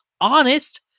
honest